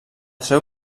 seu